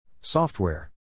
Software